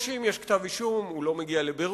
או שאם יש כתב אישום, הוא לא מגיע לבירור,